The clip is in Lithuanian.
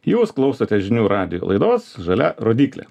jūs klausote žinių radijo laidos žalia rodyklė